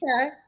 Okay